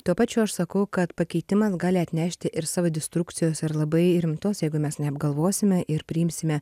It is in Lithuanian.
tuo pačiu aš sakau kad pakeitimas gali atnešti ir savidestrukcijos ir labai rimtos jeigu mes neapgalvosime ir priimsime